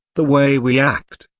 the way we act,